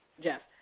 jeff.